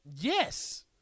Yes